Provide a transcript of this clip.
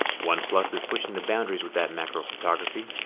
oneplus is pushing the boundaries with that macro photography,